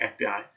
FBI